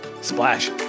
Splash